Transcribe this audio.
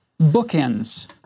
bookends